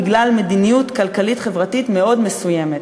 בגלל מדיניות כלכלית חברתית מאוד מסוימת.